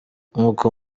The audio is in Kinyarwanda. nk’uko